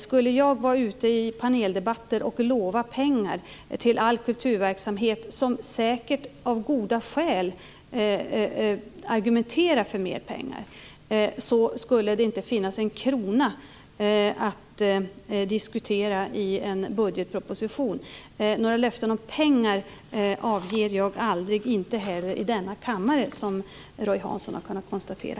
Skulle jag i paneldebatter lova pengar till all kulturverksamhet som, säkert av goda skäl, argumenterar för mer pengar skulle det inte finnas en krona att diskutera i en budgetproposition. Några löften om pengar avger jag aldrig - inte heller i denna kammare, som Roy Hansson har kunnat konstatera.